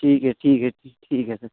ठीक है ठीक है ठीक है सर